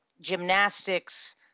gymnastics